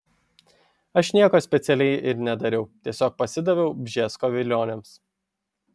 aš nieko specialiai ir nedariau tiesiog pasidaviau bžesko vilionėms